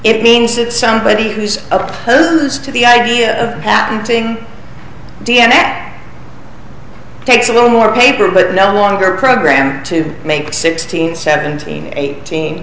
it means that somebody who's opposed to the idea of patenting d n a takes a little more paper but no longer program to make sixteen seventeen eighteen